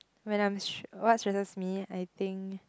when I'm stre~ what stresses me I think